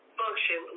function